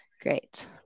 Great